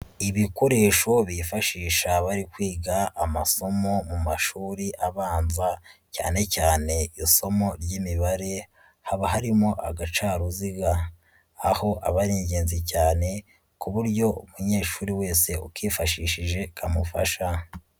Ibikoresho bifashisha bari kwiga amasomo mu mashuri abanza, cyane cyane isomo ry'imibare, haba harimo agacaruziga, aho aba ari ingenzi cyane, ku buryo umunyeshuri wese ukifashishije kamufasha.